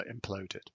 imploded